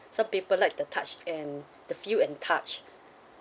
some people like the touch and the feel and touch